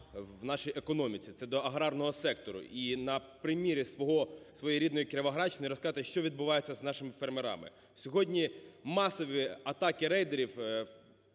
в нашій економіці, це до аграрного сектору. І на примірі свого… своєї рідної Кіровоградщини розказати, що відбувається з нашими фермерами. Сьогодні масові атаки рейдерів